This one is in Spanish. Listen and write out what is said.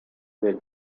del